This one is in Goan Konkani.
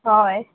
ऑय